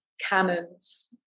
canons